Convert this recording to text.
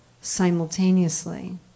simultaneously